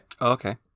okay